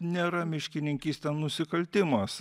nėra miškininkystė nusikaltimas